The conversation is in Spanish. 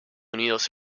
unidos